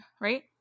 right